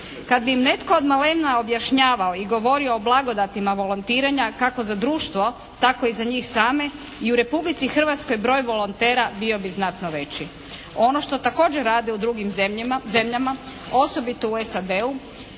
Kad bi im netko od malena objašnjavao i govorio o blagodatima volontiranja kako da društvo, tako i za njih same i u Republici Hrvatskoj broj volontera bio bi znatno veći. Ono što također rade u drugim zemljama osobito u SAD-u